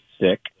sick